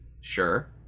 sure